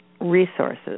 resources